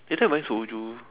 later buying soju